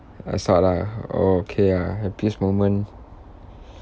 I start ah oh okay ah happiest moment